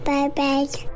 Bye-bye